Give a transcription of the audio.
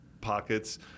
pockets